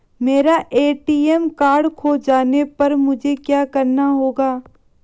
मेरा ATM card खो जाने पर मुझे क्या करना होगा?